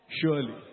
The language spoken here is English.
surely